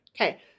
Okay